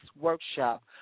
workshop